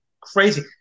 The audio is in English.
crazy